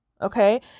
okay